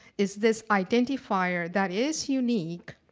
is this identifier that is unique.